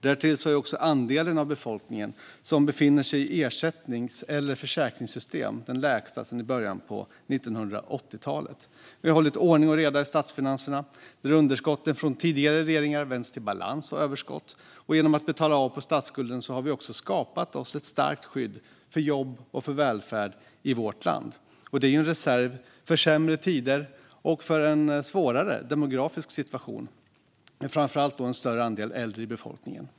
Därtill är andelen av befolkningen som befinner sig i ersättnings eller försäkringssystem den lägsta sedan början på 1980-talet. Vi har hållit ordning och reda i statsfinanserna, där underskotten från tidigare regeringar har vänts till balans och överskott. Genom att betala av på statsskulden har vi skapat oss ett starkt skydd för jobb och för välfärd i vårt land. Det är en reserv för sämre tider och för en svårare demografisk situation med framför allt en större andel äldre i befolkningen.